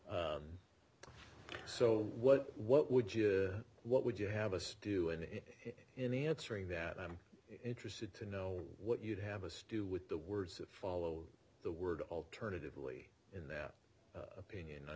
panel so what what would you what would you have us do and in answering that i'm interested to know what you'd have a stew with the words that followed the word alternatively in that opinion i